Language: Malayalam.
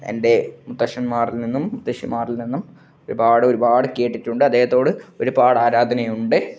എൻ്റെ മുത്തശ്ശന്മാരിൽ നിന്നും മുത്തശ്ശിമാരിൽ നിന്നും ഒരുപാട് ഒരുപാട് കേട്ടിട്ടുണ്ട് അദ്ദേഹത്തോട് ഒരുപാട് ആരാധനയും ഉണ്ട്